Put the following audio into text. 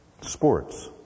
Sports